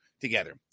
together